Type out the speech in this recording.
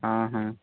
ହଁ ହଁ